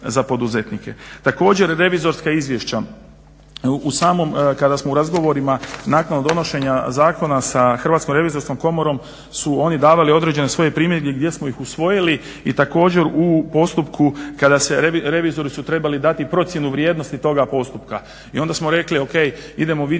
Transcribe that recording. za poduzetnike. Također revizorska izvješća u samom kada smo u razgovorima nakon donošenja zakona sa Hrvatskom revizorskom komorom su oni davali određene svoje primjedbe gdje smo ih usvojili i također u postupku kada se revizori su trebali dati procjenu vrijednosti toga postupka i onda smo rekli ok idemo vidjeti